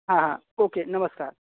हाँ हाँ ओके नमस्कार